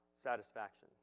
satisfaction